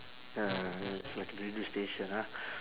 ya it's like radio station ah